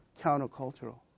countercultural